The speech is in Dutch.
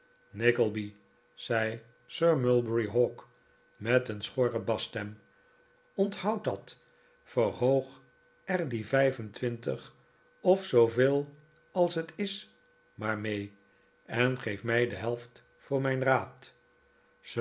nickleby zei sir mulberry hawk met een schorre basstem onthoud dat verhoog er die vijf en twintig of zooveel als het is maar mee en geef mij de helft voor mijn raad